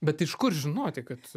bet iš kur žinoti kad